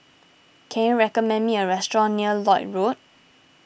can you recommend me a restaurant near Lloyd Road